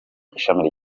ishami